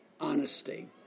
honesty